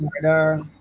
Murder